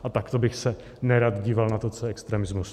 A takto bych se nerad díval na to, co je extremismus.